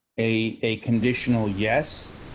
a a conditional yes,